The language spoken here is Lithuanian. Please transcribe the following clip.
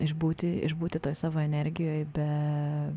išbūti išbūti toj savo energijoj be